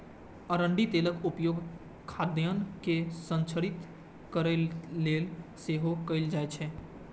अरंडीक तेलक उपयोग खाद्यान्न के संरक्षित करै लेल सेहो कैल जाइ छै